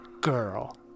girl